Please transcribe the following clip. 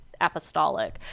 apostolic